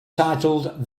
titled